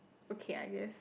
okay I guess